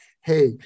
hey